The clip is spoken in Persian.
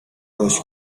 رشد